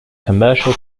commercial